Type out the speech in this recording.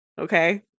Okay